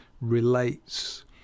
relates